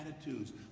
attitudes